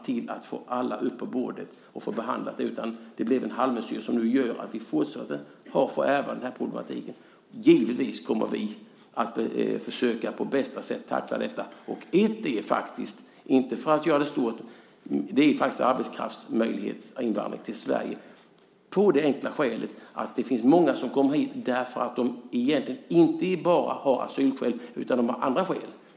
Det gick inte att få allt upp på bordet och få allt behandlat, utan det blev en halvmesyr som nu gör att vi fortsätter ha den här problematiken. Givetvis kommer vi att försöka tackla detta på bästa sätt. Ett sätt är faktiskt - utan att göra det stort - möjligheten till arbetskraftsinvandring till Sverige. Det enkla skälet är att det finns många som kommer hit utan att egentligen bara ha asylskäl utan andra skäl.